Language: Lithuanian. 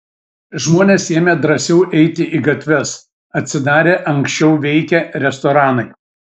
žmonės ėmė drąsiau eiti į gatves atsidarė anksčiau veikę restoranai